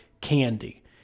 candy